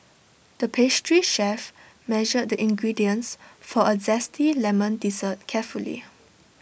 the pastry chef measured the ingredients for A Zesty Lemon Dessert carefully